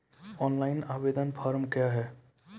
Online आवेदन form क्या हैं?